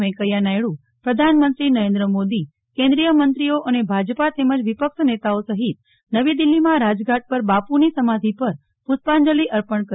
વેંકયા નાયડુ પ્રધાનમંત્રી નરેન્દ્ર મોદી કેન્દ્રીય મંત્રીઓ અને ભાજપા તેમજ વિપક્ષ નેતાઓ સહિત નવી દિલ્હીમાં રાજઘાટ પર બાપુની સમાધી પર પુષ્પાંજલી અર્પણ કરી